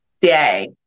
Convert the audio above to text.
day